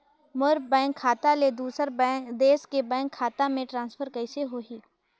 मोर bank खाता ले दुसर देश के बैंक खाता मे ट्रांसफर कइसे होही?